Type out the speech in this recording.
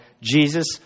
jesus